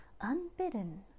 Unbidden